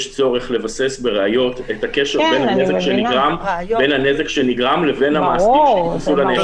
יש צורך לבסס בראיות את הקשר בין הנזק שנגרם לבין המעשים שיוחסו לנאשם.